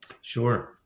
Sure